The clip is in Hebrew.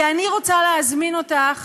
כי אני רוצה להזמין אותך